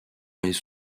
mais